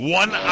one